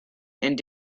and